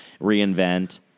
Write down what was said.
reinvent